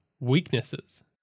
weaknesses